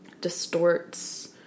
distorts